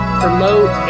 promote